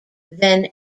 then